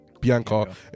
Bianca